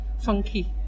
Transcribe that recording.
funky